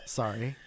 sorry